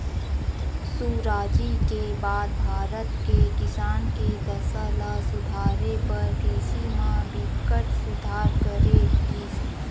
सुराजी के बाद भारत के किसान के दसा ल सुधारे बर कृषि म बिकट सुधार करे गिस